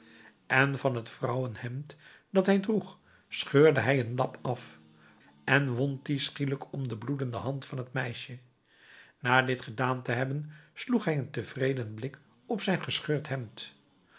en van het vrouwenhemd dat hij droeg scheurde hij een lap af en wond dien schielijk om de bloedende hand van het meisje na dit gedaan te hebben sloeg hij een tevreden blik op zijn gescheurd hemd